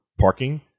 parking